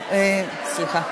אפשר להוסיף אותי?